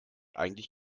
eigentlich